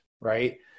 right